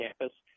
campus